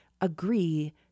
agree